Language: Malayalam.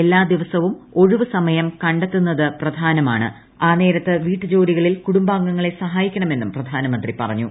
എല്ലാ ദിവസവും ഒഴിവു സമയം കണ്ടെത്തുന്നൂത് പ്ര്ധാനമാണെന്നും ആ നേരത്ത് വീട്ടുജോലികളിൽ കുട്ടുംബ്പാംഗങ്ങളെ സഹായിക്കണമെന്നും പ്രധാനമന്ത്രി പ്റഞ്ഞു